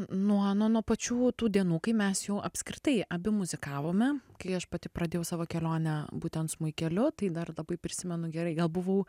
nuo nuo nuo pačių tų dienų kai mes jau apskritai abi muzikavome kai aš pati pradėjau savo kelionę būtent smuikeliu tai dar labai prisimenu gerai gal buvau